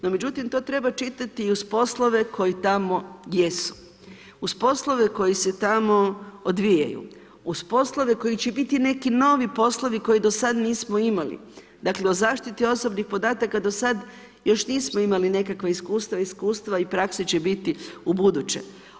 No, međutim, to treba čitati i uz poslove, koji tamo jesu, uz poslove koji se tamo odvijaju, uz poslove, koji će biti neki novi poslovi, koji do sada nismo imali, dakle, o zaštiti osobnih podataka, do sada još nismo imali nekakva iskustva i iskustva i praske će biti ubuduće.